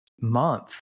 month